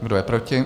Kdo je proti?